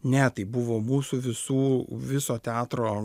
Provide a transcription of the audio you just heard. ne tai buvo mūsų visų viso teatro